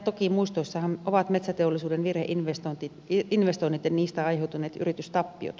toki muistoissahan ovat metsäteollisuuden virheinvestoinnit ja niistä aiheutuneet yritystappiot